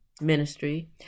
Ministry